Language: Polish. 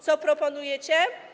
Co proponujecie?